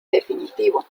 definitivo